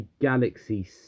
Galaxy